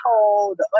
Cold